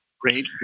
great